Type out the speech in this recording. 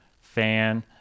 fan